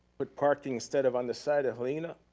put parking, instead of on the side of helena,